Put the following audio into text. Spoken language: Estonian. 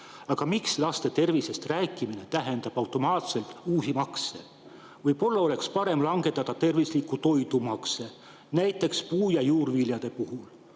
Aga miks laste tervisest rääkimine tähendab automaatselt uusi makse? Võib-olla oleks parem langetada tervisliku toidu makse, näiteks puu‑ ja juurviljade puhul,